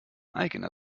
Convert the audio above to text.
eigener